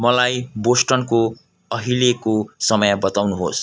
मलाई बोस्टनको अहिलेको समय बताउनुहोस्